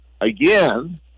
again